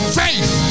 faith